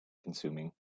consuming